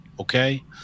Okay